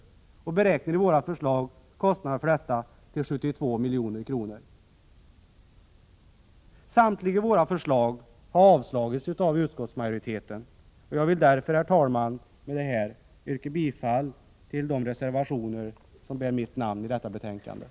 Vi har beräknat kostnaderna för genomförandet av våra förslag till 72 milj.kr. Samtliga våra förslag har avstyrkts av utskottsmajoriteten. Jag vill därför, herr talman, yrka bifall till de reservationer till betänkandet som undertecknats av mig.